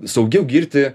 saugiau girti